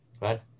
right